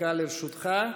דקה לרשותך.